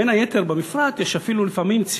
לפעמים אפילו יש במפרט,